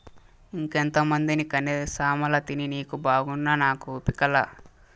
ఇంకెంతమందిని కనేది సామలతిని నీకు బాగున్నా నాకు ఓపిక లా